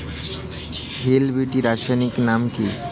Hill বিটি রাসায়নিক নাম কি?